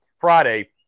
Friday